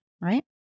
right